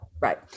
Right